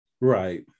Right